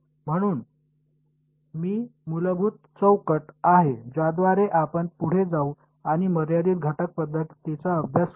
आणि म्हणूनच ही मूलभूत चौकट आहे ज्याद्वारे आपण पुढे जाऊ आणि मर्यादित घटक पद्धतीचा अभ्यास करू